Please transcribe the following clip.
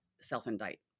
self-indict